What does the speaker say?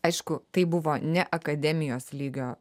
aišku tai buvo ne akademijos lygio